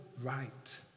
Right